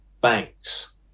banks